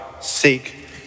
seek